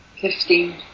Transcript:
Fifteen